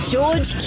George